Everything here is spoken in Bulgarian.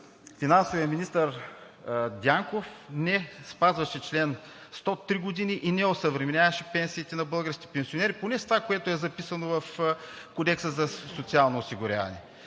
финансовият министър Дянков не спазваше чл. 100 три години и не осъвременяваше пенсиите на българските пенсионери – поне с това, което е записано в Кодекса за социално осигуряване.